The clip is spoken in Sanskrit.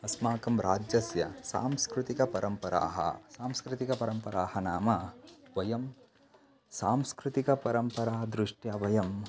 अस्माकं राज्यस्य सांस्कृतिकपरम्पपराः सांस्कृतिकपरम्पराः नाम वयं सांस्कृतिकपरम्परादृष्ट्या वयं